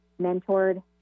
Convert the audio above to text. mentored